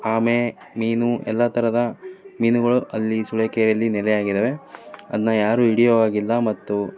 ಆಮೆ ಮೀನು ಎಲ್ಲ ಥರದ ಮೀನುಗಳು ಅಲ್ಲಿ ಸೂಳೆಕೆರೆಯಲ್ಲಿ ನೆಲೆಯಾಗಿದ್ದಾವೆ ಅದನ್ನ ಯಾರೂ ಹಿಡಿಯೋ ಹಾಗಿಲ್ಲ ಮತ್ತು